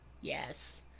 yes